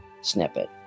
snippet